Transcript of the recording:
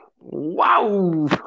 Wow